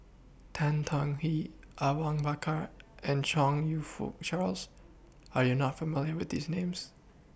Tan Tong Hye Awang Bakar and Chong YOU Fook Charles Are YOU not familiar with These Names